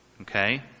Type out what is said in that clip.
Okay